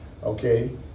Okay